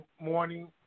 morning